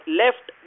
left